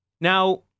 Now